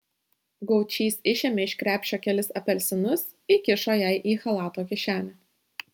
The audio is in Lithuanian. gaučys išėmė iš krepšio kelis apelsinus įkišo jai į chalato kišenę